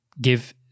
give